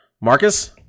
Marcus